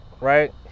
right